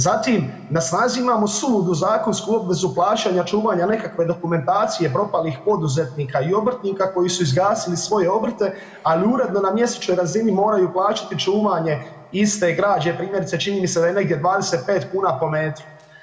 Zatim na snazi imamo suludu zakonsku obvezu plaćanja čuvanja nekakve dokumentacije propalih poduzetnika i obrtnika koji su izgasili svoje obrte ali uredno na mjesečnoj razini moraju plaćati čuvanje iste građe primjerice čini mi se da ne negdje 25 kn po metru.